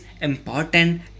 important